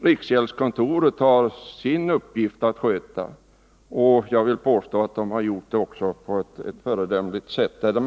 Riksgäldskontoret har sin uppgift att sköta, och jag vill påstå att man har gjort det på ett föredömligt sätt.